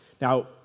Now